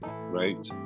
right